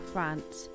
France